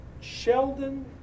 Sheldon